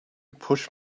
push